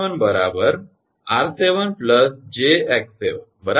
𝑍7 𝑟7 𝑗𝑥7 બરાબર